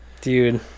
Dude